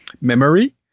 memory